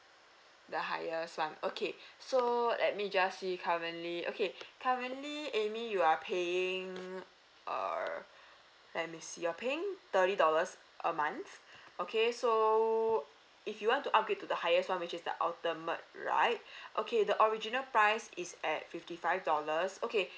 the highest [one] okay so let me just see currently okay currently amy you are paying err let me see you're paying thirty dollars a month okay so if you want to upgrade to the highest one which is the ultimate right okay the original price is at fifty five dollars okay